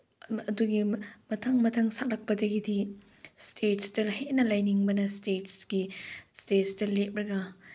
ꯑꯗꯨꯒꯤ ꯃꯊꯪ ꯃꯊꯪ ꯁꯛꯂꯛꯄꯗꯒꯤꯗꯤ ꯏꯁꯇꯦꯖꯇꯅ ꯍꯦꯟꯅ ꯂꯩꯅꯤꯡꯕꯅ ꯏꯁꯇꯦꯖꯀꯤ ꯏꯁꯇꯦꯖꯇ ꯂꯦꯞꯂꯒ